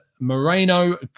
Moreno